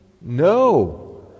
No